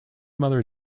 mother